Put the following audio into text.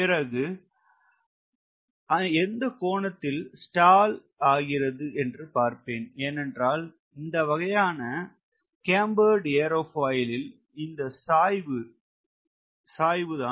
பிறகு எந்த கோணத்தில் ஸ்டால் ஆகிறது என்று பார்ப்பேன் ஏன் என்றால் இந்த வகையான கேம்பர்ட் ஏரோபாயிலில் இந்த சாய்வு தான்